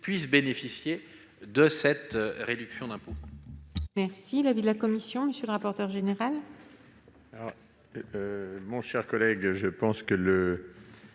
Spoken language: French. puissent bénéficier de cette réduction d'impôt.